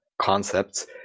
concepts